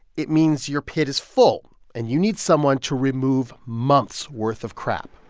it means your pit is full, and you need someone to remove months' worth of crap.